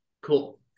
Cool